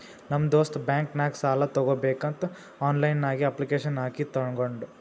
ನಮ್ ದೋಸ್ತ್ ಬ್ಯಾಂಕ್ ನಾಗ್ ಸಾಲ ತಗೋಬೇಕಂತ್ ಆನ್ಲೈನ್ ನಾಗೆ ಅಪ್ಲಿಕೇಶನ್ ಹಾಕಿ ತಗೊಂಡ್